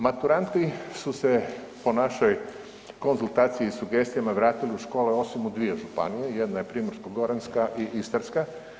Maturanti su se po našoj konzultaciji i sugestijama vratili u škole osim u dvije županije, jedna je Primorsko-goranska i Istarska.